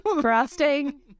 frosting